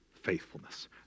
faithfulness